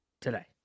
today